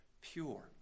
pure